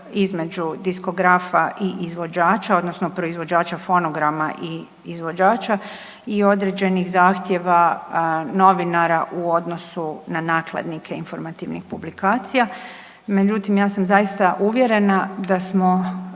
između diskografa i izvođača odnosno proizvođača fonograma i izvođača i određenih zahtjeva novinara u odnosu na nakladnike informativnih publikacija. Međutim, ja sam zaista uvjerena da smo